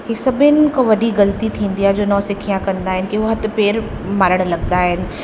ही सभिनी खां वॾी ग़लती थींदी आहे जो नौसिखिया कंदा आहिनि जीअं कीअं हथु पेरु मारण लॻंदा आहिनि